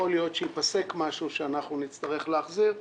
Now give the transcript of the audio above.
יכול להיות שייפסק שאנו נצטרך להחזיר משהו.